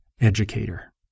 educator